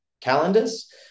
calendars